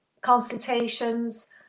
consultations